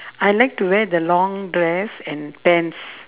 I like to wear the long dress and pants